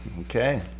okay